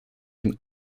den